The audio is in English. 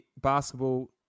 basketball